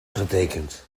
getekend